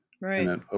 Right